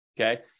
okay